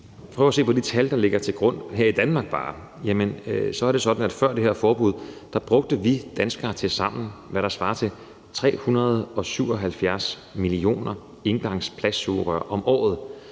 prøver at se på de tal, der ligger til grund bare her i Danmark, er det sådan, at før det her forbud brugte vi danskere tilsammen, hvad der svarer til 377 millioner engangsplastsugerør om året.